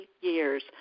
years